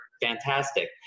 fantastic